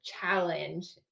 challenge